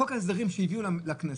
חוק ההסדרים שבאמת הביאו לכנסת,